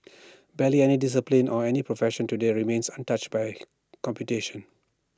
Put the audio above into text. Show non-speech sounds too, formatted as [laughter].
[noise] barely any discipline or any profession today remains untouched by computation